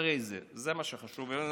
זה מה שחשוב וזה מה שקובע.